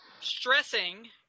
stressing